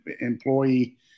employee